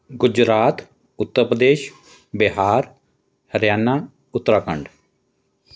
Gujarat Uttar Pradesh Bihar Haryana Uttarakhand